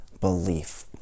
belief